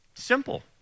simple